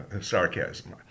sarcasm